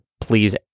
please